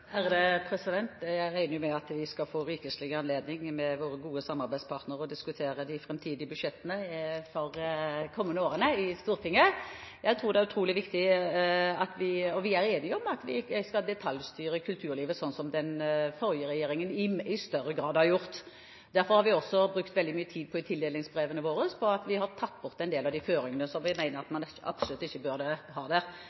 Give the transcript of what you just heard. Jeg regner med at vi skal få rikelig anledning til å diskutere de framtidige budsjettene for de kommende årene med våre gode samarbeidspartnere i Stortinget. Vi er enige om at vi ikke skal detaljstyre kulturlivet, sånn som den forrige regjeringen i større grad har gjort. Derfor har vi også i tildelingsbrevene våre brukt veldig mye tid på å ta bort en del av de føringene som vi mener at man absolutt ikke burde ha der. Jeg tror at vi, i likhet med Venstre her, er veldig opptatt av det